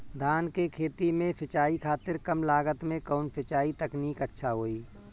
धान के खेती में सिंचाई खातिर कम लागत में कउन सिंचाई तकनीक अच्छा होई?